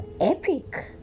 epic